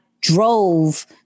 drove